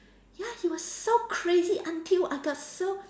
ya he was so crazy until I got so